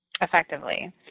effectively